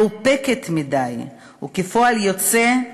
מאופקת מדי, וכפועל יוצא,